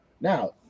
Now